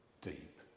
deep